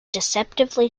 deceptively